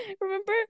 remember